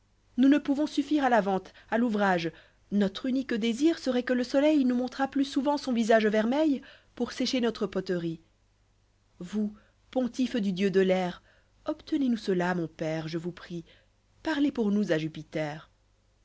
vous ne pouvons suffire à la yeh'té à l'ouvrage kotre unique désir serait que le soleil nous montrât plus souvent son visage vermeil pour sécher notre poterie vous pontife du dieu de l'air obtenez nous cela mon père je vous prie parlez pour nous à jupiter